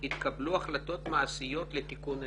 התקבלו החלטות מעשיות לתיקון הליקויים."